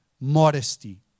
modesty